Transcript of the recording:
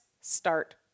start